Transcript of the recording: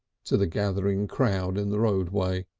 to the gathering crowd in the roadway.